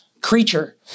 creature